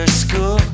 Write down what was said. school